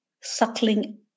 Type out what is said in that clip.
suckling